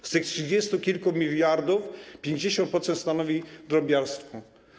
Z tych trzydziestu kilku miliardów 50% stanowi drobiarstwo.